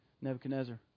Nebuchadnezzar